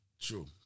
true